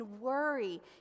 worry